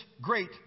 great